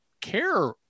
care